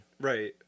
Right